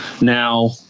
Now